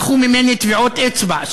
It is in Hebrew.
לקחו ממני טביעות אצבע,